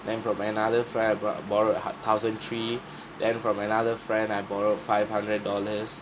then from another friend I brow~ borrowed a hun~ thousand three then from another friend I borrowed five hundred dollars